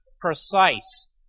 precise